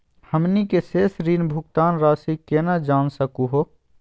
हमनी के शेष ऋण भुगतान रासी केना जान सकू हो?